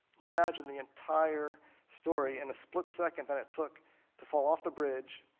he imagined the entire story in the split second that it took to fall off the bridge,